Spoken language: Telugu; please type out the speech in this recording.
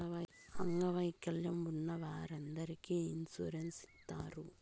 అంగవైకల్యం ఉన్న వారందరికీ ఇన్సూరెన్స్ ఇత్తారు